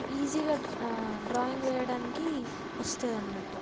ఈజీగా డ్రాయింగ్ వేయడానికి వస్తుంది అన్నట్టు